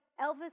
Elvis